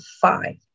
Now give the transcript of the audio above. five